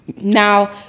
now